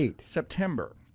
September